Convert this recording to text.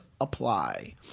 apply